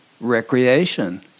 recreation